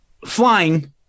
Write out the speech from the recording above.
Flying